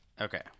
Okay